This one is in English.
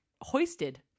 hoisted